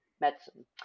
medicine